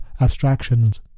abstractions